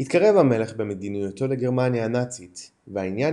התקרב המלך במדיניותו לגרמניה הנאצית והעניין